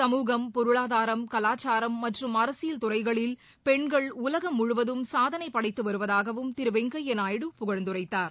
சமூகம் பொருளாதாரம் கவாச்சாரம் மற்றும் அரசியல் துறைகளில் பெண்கள் உலகம் முழுவதும் சாதனை படைத்துவருவதாகவும் திரு வெங்கைய்யா நாயுடு புகழ்ந்துரைத்தார்